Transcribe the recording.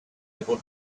able